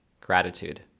gratitude